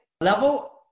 level